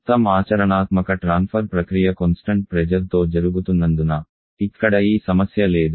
మొత్తం ఆచరణాత్మక ట్రాన్ఫర్ ప్రక్రియ స్థిరమైన ప్రెజర్ తో జరుగుతున్నందున ఇక్కడ ఈ సమస్య లేదు